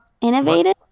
Innovative